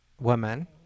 woman